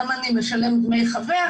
גם אני משלם דמי חבר,